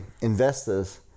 investors